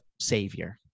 savior